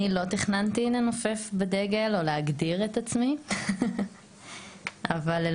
אני לא תכננתי לנופף בדגל או להגדיר את עצמי אבל אל